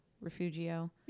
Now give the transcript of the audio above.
Refugio